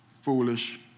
foolish